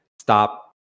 Stop